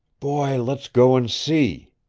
boy, let's go and see!